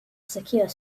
secure